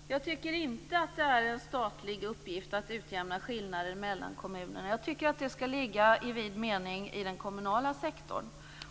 Fru talman! Jag tycker inte att det är en statlig uppgift att utjämna skillnader mellan kommunerna. Jag tycker att det i vid mening skall ligga inom den kommunala sektorn.